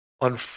on